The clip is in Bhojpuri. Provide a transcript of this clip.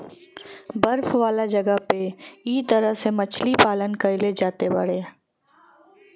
बर्फ वाला जगह पे इ तरह से मछरी पालन कईल जात बाड़े